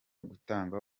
gutanga